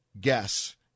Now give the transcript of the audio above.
guess